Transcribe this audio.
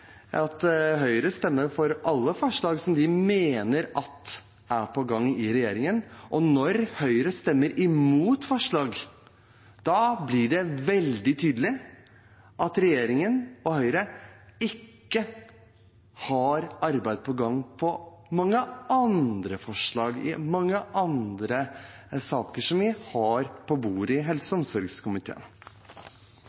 Høyre stemmer for alle forslag som de mener er i gang i regjeringen. Når Høyre stemmer imot forslag, blir det veldig tydelig at regjeringen og Høyre ikke har arbeid i gang når det gjelder forslag i andre saker som vi har på bordet i helse- og